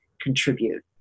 contribute